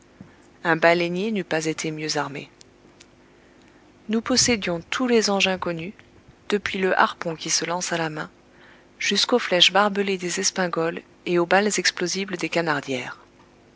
un baleinier n'eût pas été mieux armé nous possédions tous les engins connus depuis le harpon qui se lance à la main jusqu'aux flèches barbelées des espingoles et aux balles explosibles des canardières